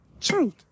truth